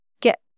get